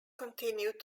continued